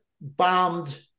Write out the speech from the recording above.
bombed